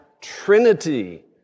Trinity